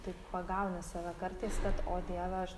taip pagauni save kartais kad o dieve aš